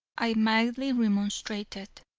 i mildly remonstrated,